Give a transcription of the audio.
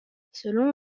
selon